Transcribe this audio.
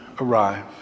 arrive